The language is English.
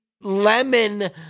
lemon